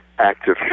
Active